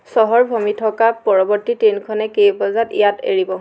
চহৰ ভ্ৰমি থকা পৰৱৰ্তী ট্ৰেইনখনে কেই বজাত ইয়াত এৰিব